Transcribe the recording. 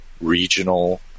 regional